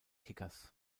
kickers